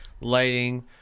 lighting